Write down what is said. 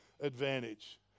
advantage